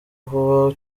vuba